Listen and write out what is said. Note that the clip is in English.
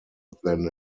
than